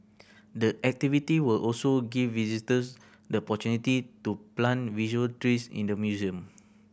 the activity will also give visitors the opportunity to plant virtual trees in the museum